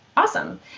awesome